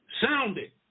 sounded